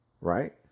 right